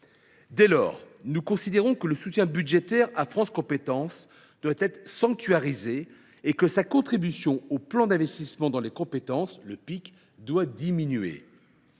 Nous considérons dès lors que le soutien budgétaire à France Compétences doit être sanctuarisé et que sa contribution au plan d’investissement dans les compétences (PIC) doit diminuer.